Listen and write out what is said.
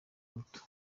muto